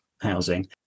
housing